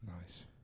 Nice